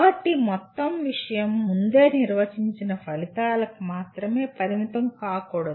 కాబట్టి మొత్తం విషయం ముందే నిర్వచించిన ఫలితాలకు మాత్రమే పరిమితం కాకూడదు